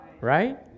Right